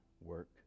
work